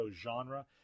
genre